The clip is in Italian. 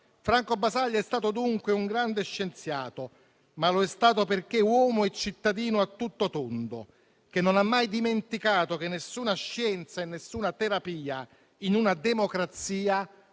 Franco Basaglia è stato, dunque, un grande scienziato, ma lo è stato perché uomo e cittadino a tutto tondo e non ha mai dimenticato che in una democrazia nessuna scienza e nessuna terapia